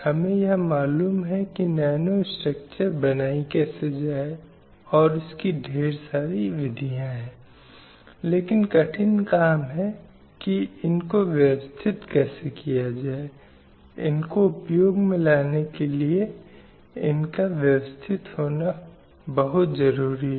इसलिए CEDAW ने राष्ट्र राज्यों के दायित्वों को निर्धारित किया कि CEDAW के तहत इस संबंध में आवश्यक कदम उठाने के लिए विभिन्न राज्यों को राष्ट्रीय स्तर पर या उनके स्तर पर प्रत्येक के संबंध में किए गए प्रयासों के अनुसार रिपोर्ट प्रस्तुत करना आवश्यक है